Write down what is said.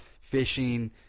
fishing